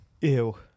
Ew